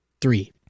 Three